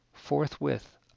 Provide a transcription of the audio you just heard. Forthwith